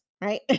right